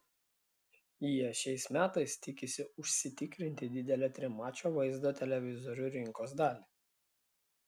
jie šiais metais tikisi užsitikrinti didelę trimačio vaizdo televizorių rinkos dalį